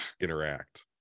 interact